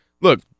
look